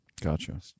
gotcha